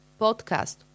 podcast